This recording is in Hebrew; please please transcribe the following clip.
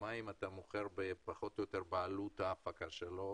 מים אתה מוכר פחות או יותר בעלות ההפקה שלו